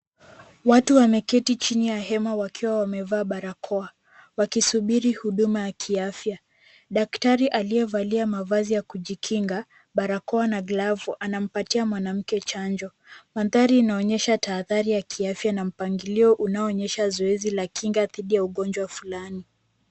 Watu wameketi chini ya hema wakiwa wamevaa barakao, wakisubiri huduma ya kiafya. Daktari aliyevalia mavazi ya kujikinga, barakoa, na glavu, anampatia mwanamke chanjo. Mandhari yanaonyesha tahadhari ya kiafya, na mpangilio unaoonyesha zoezi la kinga dhidi ya ugonjwa fulani.